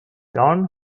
john